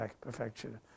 Perfection